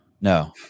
no